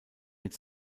mit